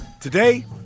Today